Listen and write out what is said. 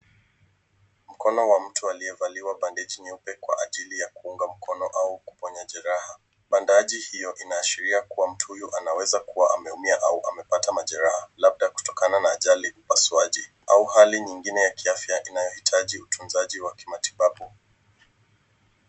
Mkono wa mtu aliyevaliwa bandagi nyeupe kwa ajili ya kuunga mkono au uponyaji. Bandaji hio inashiria kuwa mtu huyo anaweza kua ameumia au amepata majeraha labda kutoka na ajali ya upasuaji au hali ingine ya kiafya inayohitaji utunzaji wa kimatibabu.